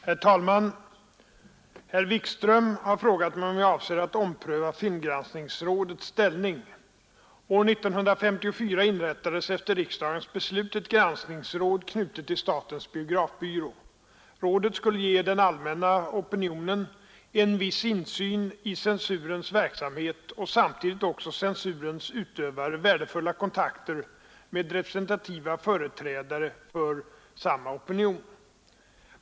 Herr talman! Herr Wikström har frågat mig om jag avser att ompröva filmgranskningsrådets ställning. År 1954 inrättades efter riksdagens beslut ett granskningsråd knutet till statens biografbyrå. Rådet skulle ge den allmänna opinionen en viss insyn i censurens verksamhet och samtidigt också censurens utövare värdefulla kontakter med representativa företrädare för samma opinion.